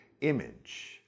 image